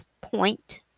point